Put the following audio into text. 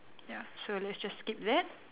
so let's just skip that